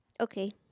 Okay